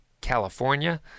California